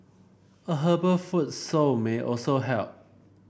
a herbal foot soak may also help